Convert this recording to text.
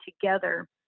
together